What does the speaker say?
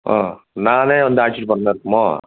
ஆ நானே வந்து அழச்சிட்டு போறமாரி இருக்குமோ